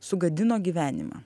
sugadino gyvenimą